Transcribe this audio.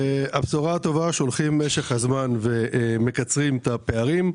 הבשורה הטובה היא שבמשך הזמן מקצרים את הפערים,